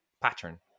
Pattern